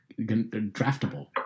draftable